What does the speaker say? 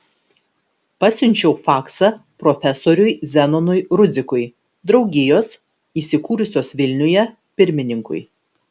pasiunčiau faksą profesoriui zenonui rudzikui draugijos įsikūrusios vilniuje pirmininkui